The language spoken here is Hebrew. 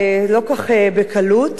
לא כל כך בקלות.